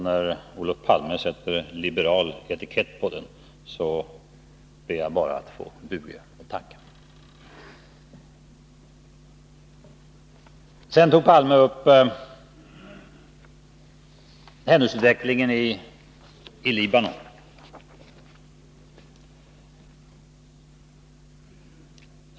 När Olof Palme sätter liberal etikett på den, ber jag bara att få buga och tacka. Olof Palme tog upp händelseutvecklingen i Libanon.